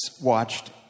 watched